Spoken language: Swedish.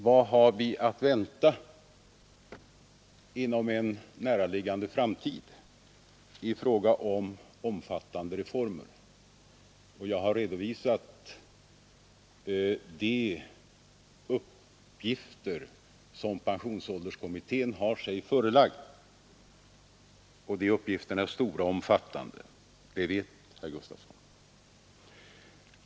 Vad har vi att vänta inom en näraliggande framtid i fråga om omfattande reformer? Jag har redovisat de uppgifter som pensionsålderskommittén har sig förelagda, och de uppgifterna är stora och omfattande. Det vet herr Gustavsson.